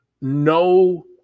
no